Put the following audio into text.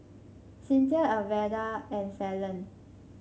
Cinthia Alverda and Falon